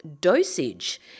dosage